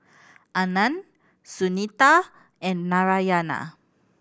Anand Sunita and Narayana